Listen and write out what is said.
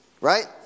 right